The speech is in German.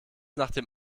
nachdem